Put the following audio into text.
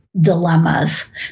dilemmas